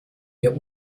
wir